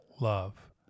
love